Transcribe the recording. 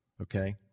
okay